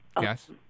Yes